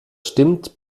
stimmt